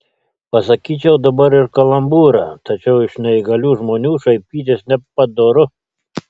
pasakyčiau dabar ir kalambūrą tačiau iš neįgalių žmonių šaipytis nepadoru